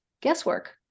guesswork